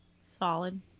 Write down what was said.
Solid